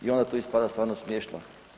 I onda to ispada stvarno smiješno.